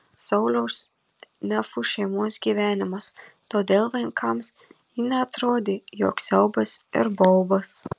sauliaus nefų šeimos gyvenimas todėl vaikams ji neatrodė joks siaubas ir baubas